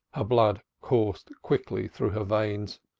her blood coursed quickly through her veins,